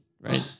right